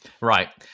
Right